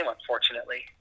unfortunately